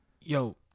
yo